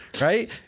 right